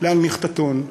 להנמיך את הטון,